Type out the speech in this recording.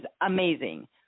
amazing